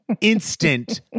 instant